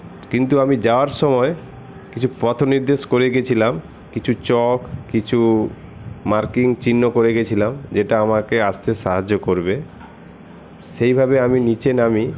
কিন্তু আমি যাওয়ার সময় কিছু পথনির্দেশ করে গেছিলাম কিছু চক কিছু মার্কিং চিহ্ন করে গেছিলাম যেটা আমাকে আসতে সাহায্য করবে সেই ভাবে আমি নীচে নামি